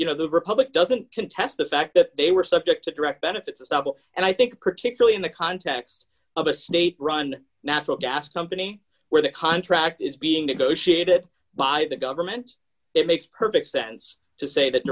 you know the republic doesn't contest the fact that they were subject to direct benefits stubble and i think particularly in the context of a state run natural gas company where the contract is being negotiated by the government it makes perfect sense to say that